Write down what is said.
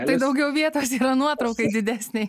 tai daugiau yra vietos nuotraukai didesnei